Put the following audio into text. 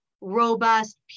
robust